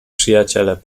przyjaciele